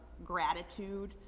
gratitude.